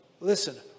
listen